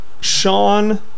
Sean